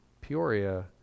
Peoria